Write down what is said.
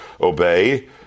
obey